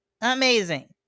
Amazing